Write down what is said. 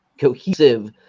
cohesive